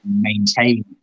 maintain